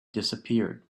disappeared